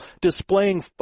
displaying